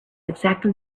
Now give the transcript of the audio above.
exactly